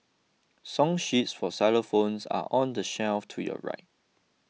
Song sheets for xylophones are on the shelf to your right